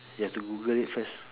you have to Google it first